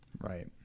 Right